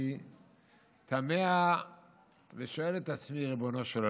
אני תמה ושואל את עצמי: ריבונו של עולם,